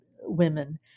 women